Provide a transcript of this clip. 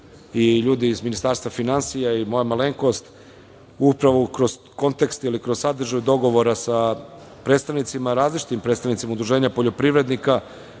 i ljudi iz Ministarstva finansija i moja malenkost upravo kroz kontekst ili kroz sadržaj dogovora sa različitim predstavnicima udruženja poljoprivrednika,